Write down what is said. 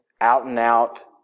out-and-out